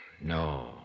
No